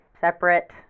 Separate